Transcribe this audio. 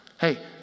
Hey